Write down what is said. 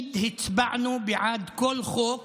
תמיד הצבענו בעד כל חוק